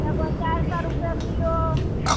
एगो चारि सए रुपैए किलो